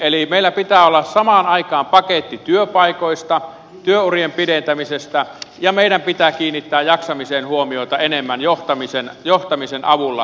eli meillä pitää olla samaan aikaan paketti työpaikoista työurien pidentämisestä ja meidän pitää kiinnittää jaksamiseen huomiota enemmän johtamisen avulla